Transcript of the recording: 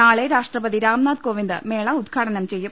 നാളെ രാഷ്ട്രപതി രാംനാഥ് കോവിന്ദ് മേള ഉദ്ഘാടനം ചെയ്യും